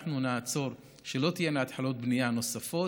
שאנחנו נעצור ולא תהיינה התחלות בנייה נוספות,